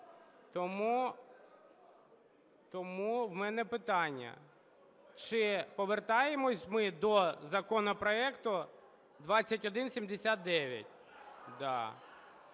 Тому у мене питання. Чи повертаємося ми до законопроекту 2179?